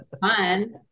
fun